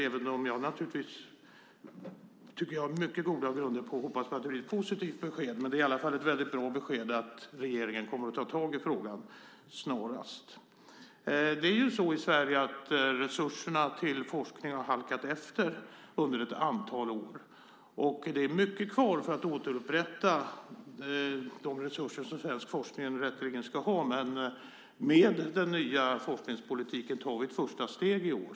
Även om jag naturligtvis på, som jag tycker, mycket goda grunder hoppas på att det blir ett positivt besked är det i alla fall ett väldigt bra besked att regeringen kommer att ta tag i frågan snarast. Det är så i Sverige att resurserna till forskning har halkat efter under ett antal år. Det är mycket kvar för att återupprätta de resurser som svensk forskning rätteligen ska ha. Men med den nya forskningspolitiken tar vi ett första steg i år.